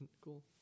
Cool